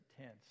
tense